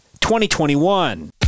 2021